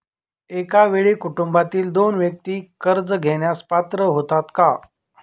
एका वेळी कुटुंबातील दोन व्यक्ती कर्ज घेण्यास पात्र होतात का?